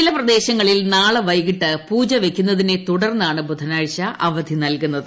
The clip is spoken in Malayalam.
ചില പ്രദേശങ്ങളിൽ നാളെ വൈകിട്ട് പൂജ് വയ്ക്കുന്നതിനെ തുടർന്നാണ് ബുധനാഴ്ച അവധി നൽകുന്നുത്